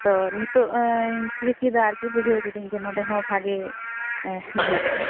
ᱛᱚ ᱱᱤᱛᱳᱜ ᱤᱧ ᱴᱷᱤᱠᱟᱹ ᱠᱮᱫᱟ ᱵᱩᱡᱷᱟᱹᱣ ᱠᱤᱫᱟᱹᱧ ᱟᱨᱠᱤ ᱡᱮ ᱱᱚᱸᱰᱮ ᱦᱚᱸ ᱵᱷᱟᱹᱜᱤ ᱢᱮᱱᱟᱜ ᱠᱚᱣᱟ